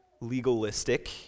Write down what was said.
legalistic